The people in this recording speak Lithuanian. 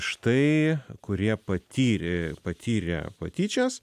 štai kurie patyrė patyrė patyčias